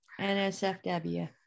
NSFW